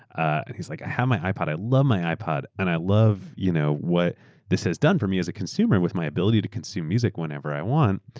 and heaeurs like, aeuroei have my ipod, i love my ipod, and i love you know what this has done for me as a consumer with my ability to consume music whenever i want.